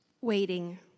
Waiting